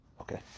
Okay